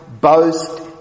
boast